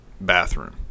bathroom